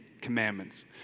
commandments